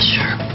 Sure